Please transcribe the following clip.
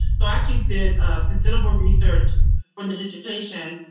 so i actually did considerable research for the dissertation.